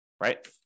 right